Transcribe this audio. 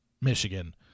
Michigan